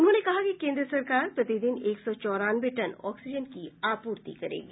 उन्होंने कहा कि केन्द्र सरकार प्रतिदिन एक सौ चौरानवे टन ऑक्सीजन की आपूर्ति करेगी